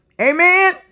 Amen